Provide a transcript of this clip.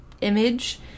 image